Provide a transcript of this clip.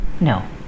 no